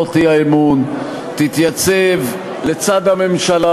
הצעות האי-אמון, תתייצב לצד הממשלה,